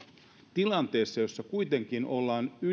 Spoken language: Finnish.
tilanteessa jossa kuitenkin ollaan